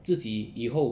自己以后